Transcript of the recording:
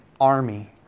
army